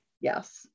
Yes